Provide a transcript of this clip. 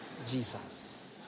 Jesus